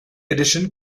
edition